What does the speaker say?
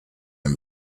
him